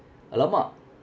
!alamak!